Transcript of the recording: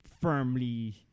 firmly